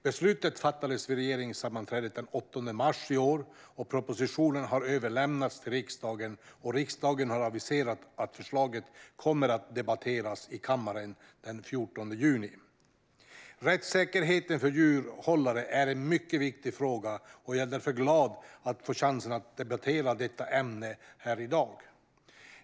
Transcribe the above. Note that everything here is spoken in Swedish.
Beslutet fattades vid regeringssammanträdet den 8 mars i år. Propositionen har överlämnats till riksdagen, och riksdagen har aviserat att förslaget kommer att debatteras i kammaren den 14 juni. Rättssäkerheten för djurhållare är en mycket viktig fråga, och jag är därför glad att få chansen att debattera detta ämne här i dag.